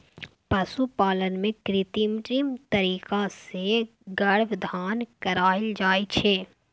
पशुपालन मे कृत्रिम तरीका सँ गर्भाधान कराएल जाइ छै